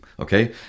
Okay